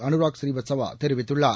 Anurag பூநீவத்சவாதெரிவித்துள்ளார்